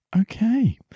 Okay